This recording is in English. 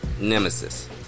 Nemesis